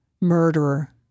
murderer